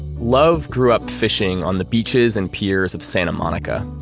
love grew up fishing on the beaches and piers of santa monica.